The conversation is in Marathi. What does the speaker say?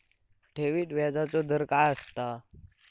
ठेवीत व्याजचो दर काय असता?